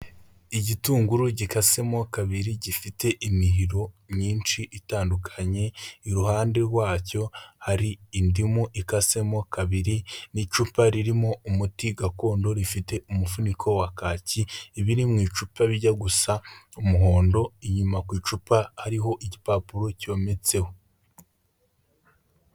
Igitunguru gikasemo kabiri gifite imihiro myinshi itandukanye, iruhande rwacyo hari indimu ikasemo kabiri n'icupa ririmo umuti gakondo rifite umuvuniko wa kaki, ibiri mu icupa rijya gusa umuhondo, inyuma ku icupa hariho igipapuro cyometseho.